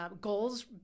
Goals